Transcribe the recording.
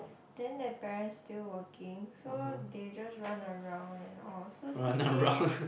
then their parents still working so they just run around and all so C_C_A